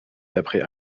d’après